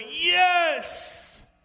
yes